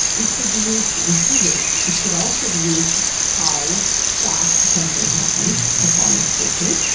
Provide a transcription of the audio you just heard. it could be used in two ways. it could also be used how fast something happens, performance tracing.